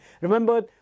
Remember